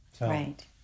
Right